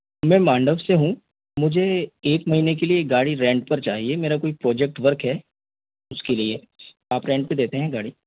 मैं मांडव से हूँ मुझे एक महीने के लिए एक गाड़ी रेंट पे चाहिए मेरा कोई प्रोजेक्ट वर्क है उसके लिए आप रेंट पे देते हैं गाड़ी